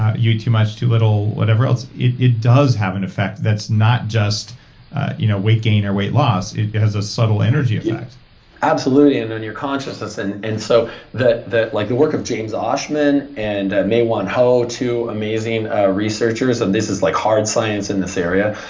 you eat too much, too little, whatever else, it it does have an effect that's not just you know weight gain or weight loss. it it has a subtle energy effect absolutely, and on your consciousness. and and so the the like work of james oschman and maewon ho, two amazing ah researchers, and this is like hard science in this area,